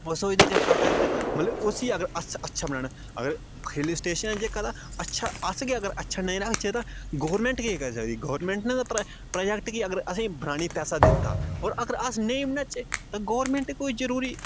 ओह् सोचदे कि प्रोटेक्ट मतलब उसी अगर अस अच्छा बनाना अगर हिल स्टेशन ऐ जेह्का तां अच्छा अस गै अगर अच्छा नेईं रखचै तां गौरमेंट केह् करी सकदी गौरमेंट ने ते प्रोजेक्ट गी अगर असें बनाने पैसा दित्ता होर अगर अस नेईं बनाचै तां गौरमेंट कोई जरूरी